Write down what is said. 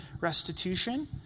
restitution